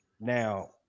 Now